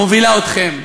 מובילים אתכם,